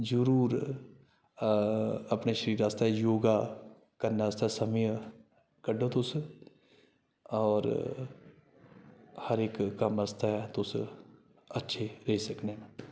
जरूर अपने शरीरै आस्तै योगा करना आस्तै समय कड्ढो तुस होर हर इक कम्म आस्तै तुस अच्छे रेही सकने न